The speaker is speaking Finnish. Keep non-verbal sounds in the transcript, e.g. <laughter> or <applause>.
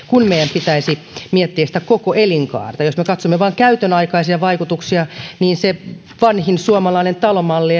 <unintelligible> kun meidän pitäisi miettiä koko elinkaarta jos me katsomme vain käytön aikaisia vaikutuksia se vanhin suomalainen talomalli <unintelligible>